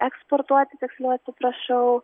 eksportuoti tiksliau atsiprašau